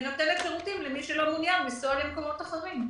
ונותנת שירותים למי שלא מעוניין לנסוע למקומות אחרים.